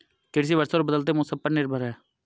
कृषि वर्षा और बदलते मौसम पर निर्भर है